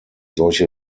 solche